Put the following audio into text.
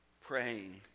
praying